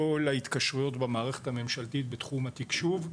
ההתקשרויות במערכת הממשלתית בתחום התקשוב,